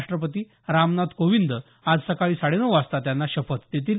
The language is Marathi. राष्टपती रामनाथ कोविंद आज सकाळी साडेनऊ वाजता त्यांना शपथ देतील